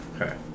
Okay